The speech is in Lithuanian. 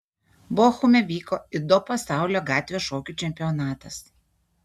bochume vyko ido pasaulio gatvės šokių čempionatas